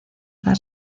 dar